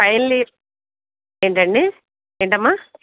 final year ఏంటండి ఏంటమ్మా